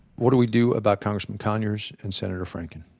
what do we do about congressman conyers and sen. franken?